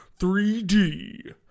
3D